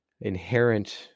inherent